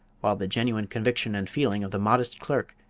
while the genuine conviction and feeling of the modest clerk,